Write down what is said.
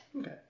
Okay